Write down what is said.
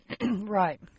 Right